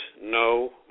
no